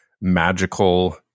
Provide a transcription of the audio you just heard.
magical